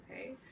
Okay